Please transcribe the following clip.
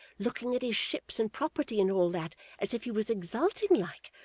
looking at his ships and property and all that, as if he was exulting like,